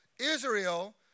Israel